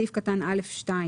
סעיף קטן (א2)